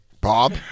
Bob